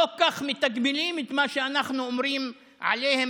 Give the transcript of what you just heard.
לא כך מתגמלים את מי שאנחנו אומרים עליהם